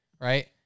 right